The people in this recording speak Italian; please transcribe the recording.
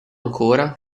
ancora